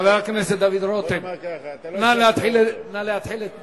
חבר הכנסת רותם, נא להתחיל את נאומך,